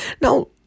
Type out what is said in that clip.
now